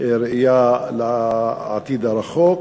ראייה לעתיד הרחוק.